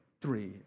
three